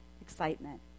excitement